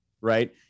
right